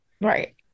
Right